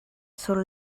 sur